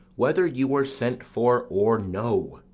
whether you were sent for or no.